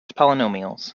polynomials